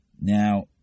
Now